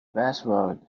password